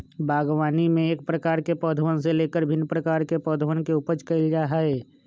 बागवानी में एक प्रकार के पौधवन से लेकर भिन्न प्रकार के पौधवन के उपज कइल जा हई